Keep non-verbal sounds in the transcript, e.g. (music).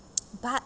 (noise) but